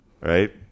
Right